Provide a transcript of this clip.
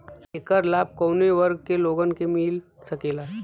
ऐकर लाभ काउने वर्ग के लोगन के मिल सकेला?